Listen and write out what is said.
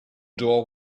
door